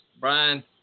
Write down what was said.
brian